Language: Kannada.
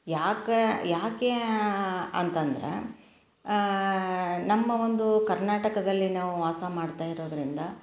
ಯಾಕೆ ಯಾಕೆ ಅಂತಂದ್ರೆ ನಮ್ಮ ಒಂದು ಕರ್ನಾಟಕದಲ್ಲಿ ನಾವು ವಾಸ ಮಾಡ್ತಾ ಇರೋದರಿಂದ